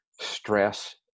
stress